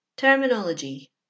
Terminology